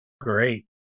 Great